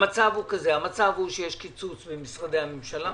המצב הוא שיש קיצוץ במשרדי הממשלה.